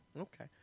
Okay